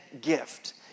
gift